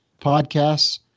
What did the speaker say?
podcasts